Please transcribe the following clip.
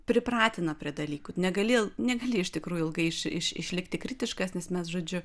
pripratina prie dalykų negali negali iš tikrųjų ilgai išli išlikti kritiškas nes mes žodžiu